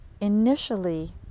initially